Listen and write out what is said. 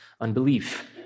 unbelief